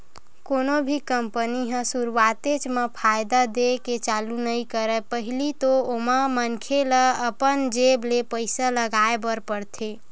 कोनो भी कंपनी ह सुरुवातेच म फायदा देय के चालू नइ करय पहिली तो ओमा मनखे ल अपन जेब ले पइसा लगाय बर परथे